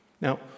Now